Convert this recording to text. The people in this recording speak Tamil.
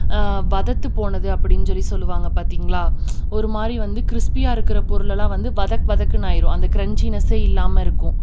வதத்து போனது அப்படின்னு சொல்லி சொல்லுவாங்க பார்த்தீங்களா ஒரு மாதிரி வந்து கிரிஸ்பியா இருக்கிற பொருளலாம் வந்து வதக் வதக்குனு ஆகிரும் அந்த கிரெஞ்சினஸ்சே இல்லாமல் இருக்கும்